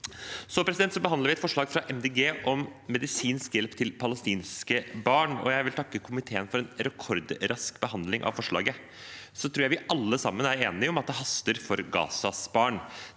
utspill. Vi behandler også et forslag fra Miljøpartiet De Grønne om medisinsk hjelp til palestinske barn, og jeg vil takke komiteen for en rekordrask behandling av forslaget. Jeg tror vi alle sammen er enige om at det haster for Gazas barn.